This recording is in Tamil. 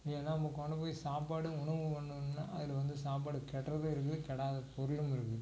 இல்லைன்னா நம்ம கொண்டு போய் சாப்பாடு உணவு கொண்டு வந்துருந்தால் அதில் வந்து சாப்பாடு கெடுறதும் இருக்குது கெடாத பொருளும் இருக்குது